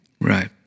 Right